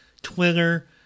Twitter